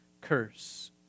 curse